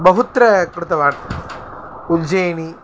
बहुत्र कृतवान् उज्जयिनि